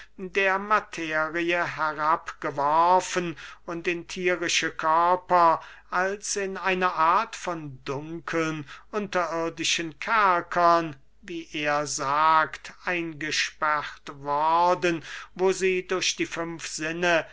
der materie herabgeworfen und in thierische körper als in eine art von dunkeln unterirdischen kerkern wie er sagt eingesperrt worden wo sie durch die fünf sinne